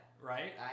Right